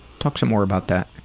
talk some more about that.